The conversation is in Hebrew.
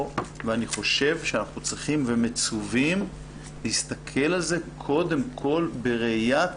ואני חושב שאנחנו צריכים ומצווים להסתכל על זה קודם כל בראיית